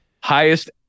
Highest